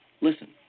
Listen